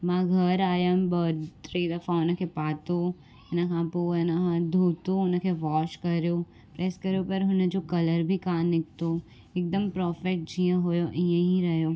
मां घरु आहियमि ॿ टे दफ़ा हुन खे पातो हुन खां पोइ आहे न धोतो हुन खे वॉश कयो प्रेस कयो पर हुन जो कलर बि कोन निकितो हिकदमु प्रोफेक्ट जीअं हुओ ईअं ई रहियो